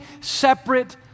separate